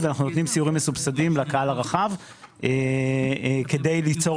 ואנחנו נותנים סיורים מסובסדים לקהל הרחב כדי ליצור